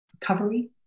recovery